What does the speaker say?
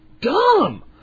dumb